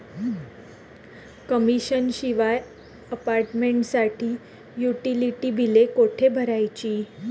Commission शिवाय अपार्टमेंटसाठी utility बिले कुठे भरायची?